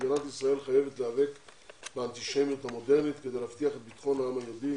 מדינת ישראל צריכה לדאוג לכך שכל יהודי